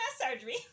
surgery